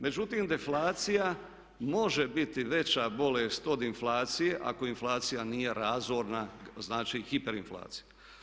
Međutim, deflacija može biti veća bolest od inflacije ako inflacija nije razorna, znači hiper inflacija.